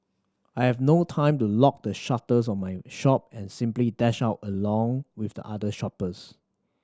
I've no time to lock the shutters of my shop and simply dashed out along with the other shoppers